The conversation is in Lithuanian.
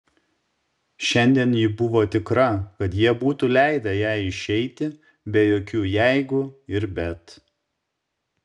šiandien ji buvo tikra kad jie būtų leidę jai išeiti be jokių jeigu ir bet